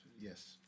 Yes